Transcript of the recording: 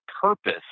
purpose